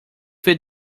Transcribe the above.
feed